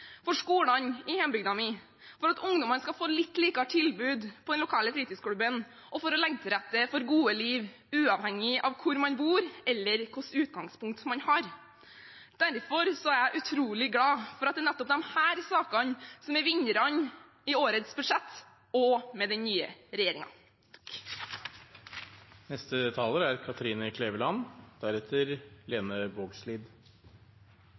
for skolene i hjembygda mi, for at ungdommene skal få litt bedre tilbud på den lokale fritidsklubben, og for å legge til rette for et godt liv uavhengig av hvor man bor, eller hvilket utgangspunkt man har. Derfor er jeg utrolig glad for at det er nettopp disse sakene som er vinnerne i årets budsjett og med den nye